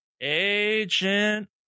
agent